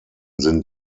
sind